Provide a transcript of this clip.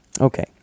Okay